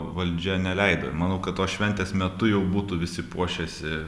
valdžia neleido manau kad tos šventės metu jau būtų visi puošęsi